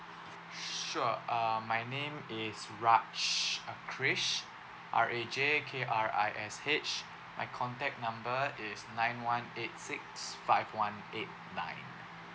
sure uh my name is raj krish R A J K R I S H my contact number is nine one eight six five one eight nine